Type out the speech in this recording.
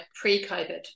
pre-COVID